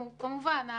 כמובן,